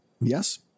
Yes